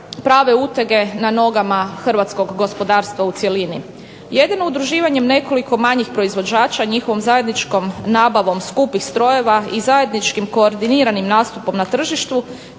prave utege na nogama hrvatskog gospodarstva u cjelini. Jedino udruživanjem nekoliko manjih proizvođača, njihovom zajedničkom nabavom skupih strojeva i zajedničkim koordiniranim nastupom na tržištu